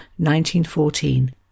1914